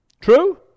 True